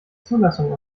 zulassung